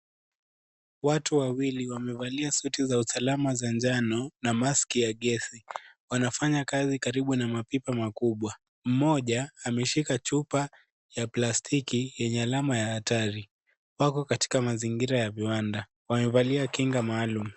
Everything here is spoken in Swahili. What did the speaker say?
Watu wawili wamevalia suti za usalama za njano na maski ya ngesi. Wanafanya kazi karibu na mapipa makubwa. Mmoja ameshika chupa ya plastiki yenye alama ya hatari. Wako katika mazingira ya viwanda. Wamevalia kinga maalum.